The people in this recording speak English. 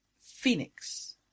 phoenix